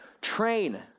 train